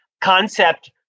concept